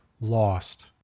lost